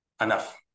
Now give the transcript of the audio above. enough